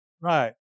Right